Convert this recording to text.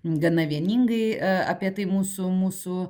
gana vieningai apie tai mūsų mūsų